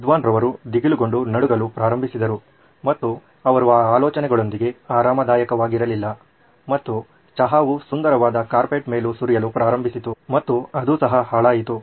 ವಿದ್ವಾನ್ ಅವರು ದಿಗಿಲುಗೊಂಡು ನಡುಗಲು ಪ್ರಾರಂಭಿಸಿದರು ಮತ್ತು ಅವರು ಆ ಆಲೋಚನೆಯೊಂದಿಗೆ ಆರಾಮದಾಯಕವಾಗಿರಲಿಲ್ಲ ಮತ್ತು ಚಹಾವು ಸುಂದರವಾದ ಕಾರ್ಪೆಟ್ ಮೇಲೂ ಸುರಿಯಲು ಪ್ರಾರಂಭಿಸಿತು ಮತ್ತು ಅದು ಸಹ ಹಾಳಾಯಿತು